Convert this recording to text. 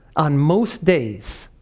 on most days,